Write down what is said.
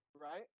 right